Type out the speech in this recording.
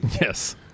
yes